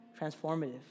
transformative